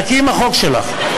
חכי עם החוק שלך.